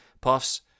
Puffs